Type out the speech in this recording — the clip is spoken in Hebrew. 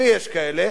ויש כאלה,